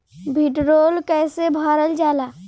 भीडरौल कैसे भरल जाइ?